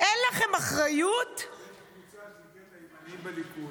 יש קבוצה שנקראת הימנים בליכוד.